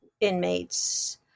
inmates